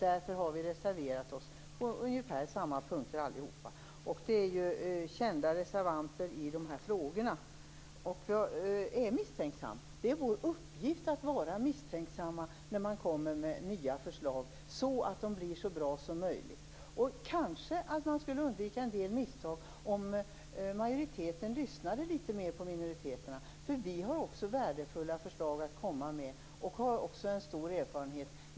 Därför har vi reserverat oss på ungefär samma punkter allihopa. Vi är kända reservanter i dessa frågor. Jag är misstänksam. Det är vår uppgift att vara misstänksamma när man kommer med nya förslag, så att de blir så bra som möjligt. Man skulle kanske undvika en del misstag om majoriteten lyssnade litet mer på minoriteten. Vi har också värdefulla förslag att komma med, och vi har också en stor erfarenhet.